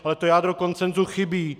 Ale to jádro konsenzu chybí.